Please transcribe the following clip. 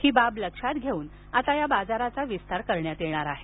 ही बाब लक्षात घेऊन आता या बाजाराचा विस्तार करण्यात येणार आहे